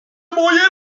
moje